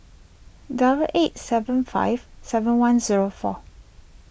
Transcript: double eight seven five seven one zero four